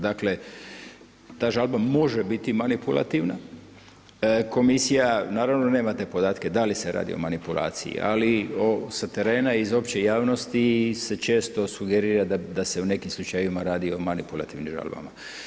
Dakle ta žalba može biti manipulativna, komisija naravno nema te podatke da li se radi o manipulaciji, ali sa terena i sa opće javnosti se često sugerira da se u nekim slučajevima radi o manipulativnim žalbama.